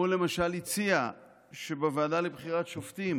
או למשל הציע שבוועדה לבחירת שופטים,